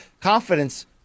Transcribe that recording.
confidence